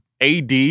AD